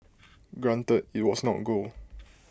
granted IT was not gold